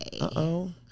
Uh-oh